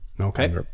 okay